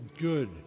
good